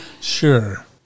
Sure